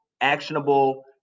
actionable